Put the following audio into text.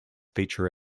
feature